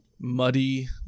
muddy